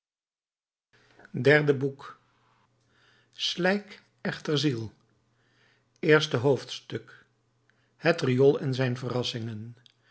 marat boek iii slijk echter ziel eerste hoofdstuk het riool en zijn verrassingen